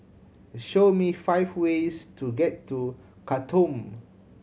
show me five ways to get to Khartoum